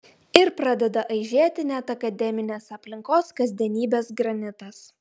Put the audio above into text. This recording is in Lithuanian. ir pradeda aižėti net akademinės aplinkos kasdienybės granitas